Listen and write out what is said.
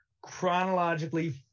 chronologically